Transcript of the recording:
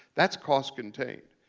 that's cost contained.